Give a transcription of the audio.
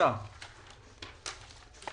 נעבור לצו.